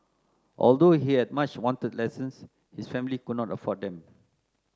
although he much wanted lessons his family could not afford them